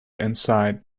inside